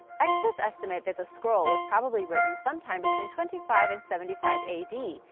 experts estimate that the scroll was probably written sometime between twenty five and seventy five a d.